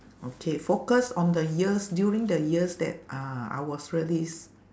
okay focus on the years during the years that uh I was really s~